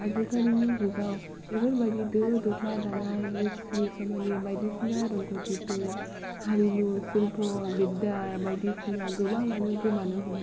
आजिखालिनि जुगाव बेफोरबायदि दो दोख्ला दानाय मिस्रि खामानि बायदिसिना रोंगौथिफोर हारिमु शिल्प' बिद्या बायदिसिना गोबांआनो गोमानो हमबाय